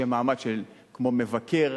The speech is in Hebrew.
שיהיה מעמד כמו של מבקר,